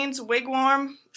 Wigwam